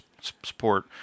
support